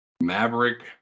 Maverick